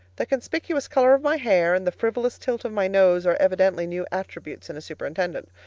the conspicuous color of my hair and the frivolous tilt of my nose are evidently new attributes in a superintendent.